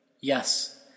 Yes